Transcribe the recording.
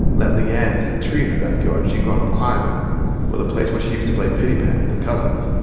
let le-ann see the tree in the backyard she'd grown up climbing or the place where she used to play pitty pat with her cousins